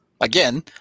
Again